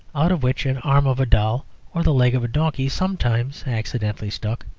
out of which an arm of a doll or the leg of a donkey sometimes accidentally stuck.